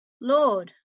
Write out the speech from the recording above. Lord